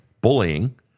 bullying